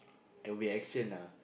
it'll be action ah